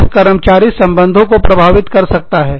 यह कर्मचारी संबंधों को प्रभावित कर सकता है